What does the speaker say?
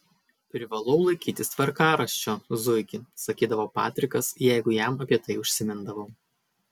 privalau laikytis tvarkaraščio zuiki sakydavo patrikas jeigu jam apie tai užsimindavau